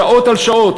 שעות על שעות,